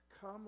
Come